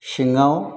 सिङाव